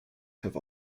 have